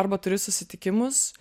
arba turi susitikimus